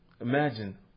Imagine